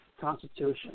constitution